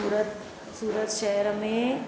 सूरत शहर में